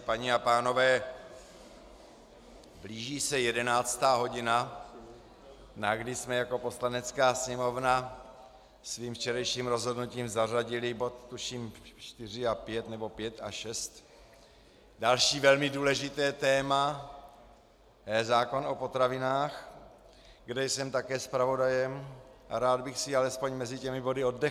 Paní a pánové, blíží se 11. hodina, na kdy jsme jako Poslanecká sněmovna svým včerejším rozhodnutím zařadili tuším body 4 a 5, nebo 5 a 6, další velmi důležité téma, zákon o potravinách, kde jsem také zpravodajem, a rád bych si alespoň mezi těmi body oddechl.